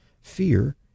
fear